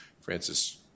Francis